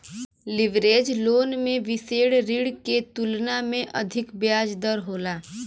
leverage loan में विसेष ऋण के तुलना में अधिक ब्याज दर होला